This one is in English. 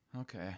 Okay